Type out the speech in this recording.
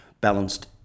balanced